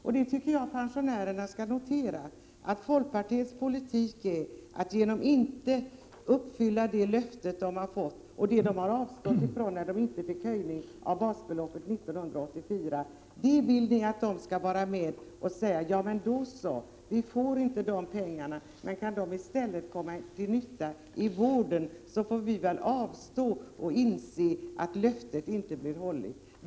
Jag tycker att pensionärerna skall notera att folkpartiets politik är att inte uppfylla löftet om kompensation för det pensionärerna avstod ifrån när de inte fick någon höjning av basbeloppet 1984. Folkpartiet vill att pensionärerna skall säga: Ja, men då så. Vi får inte de pengarna, men kan de i stället komma till nytta i vården, får vi väl avstå och acceptera att löftet inte uppfylls.